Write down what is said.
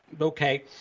okay